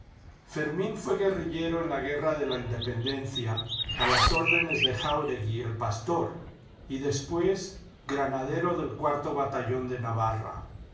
fermín fué guerrillero en la guerra de la independencia a las órdenes de jáuregui el pastor y después granadero del cuarto batallón de navarra